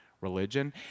religion